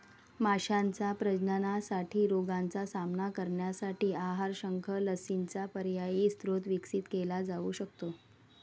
माशांच्या प्रजननासाठी रोगांचा सामना करण्यासाठी आहार, शंख, लसींचा पर्यायी स्रोत विकसित केला जाऊ शकतो